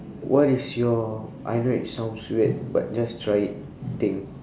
what is your I know it sounds weird but just try it thing